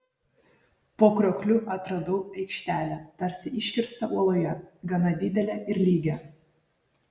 po kriokliu atradau aikštelę tarsi iškirstą uoloje gana didelę ir lygią